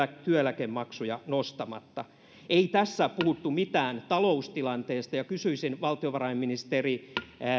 työeläkemaksuja nostamatta ei tässä puhuttu mitään taloustilanteesta kysyisin valtiovarainministeri